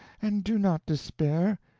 and do not despair.